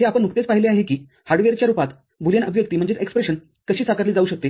हे आपण नुकतेच पाहिले आहे की हार्डवेअरच्या रूपात बुलियन अभिव्यक्ती कशी साकारली जाऊ शकते